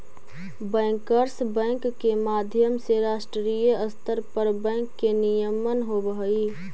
bankers bank के माध्यम से राष्ट्रीय स्तर पर बैंक के नियमन होवऽ हइ